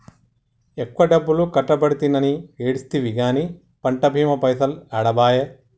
ఎక్కువ డబ్బులు కట్టబడితినని ఏడిస్తివి గాని పంట బీమా పైసలు ఏడబాయే